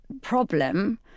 problem